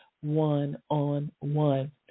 one-on-one